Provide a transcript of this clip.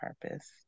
purpose